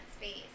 space